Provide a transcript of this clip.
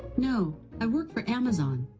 no, i work for amazon.